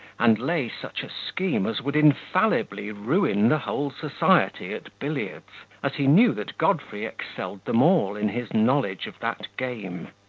and lay such a scheme as would infallibly ruin the whole society at billiards, as he knew that godfrey excelled them all in his knowledge of that game.